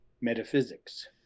metaphysics